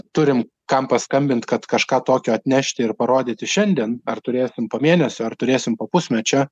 turim kam paskambint kad kažką tokio atnešti ir parodyti šiandien ar turėsim po mėnesio ar turėsim po pusmečio